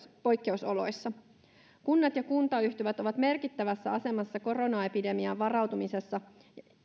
poikkeusoloissa kunnat ja kuntayhtymät ovat merkittävässä asemassa koronaepidemiaan varautumisessa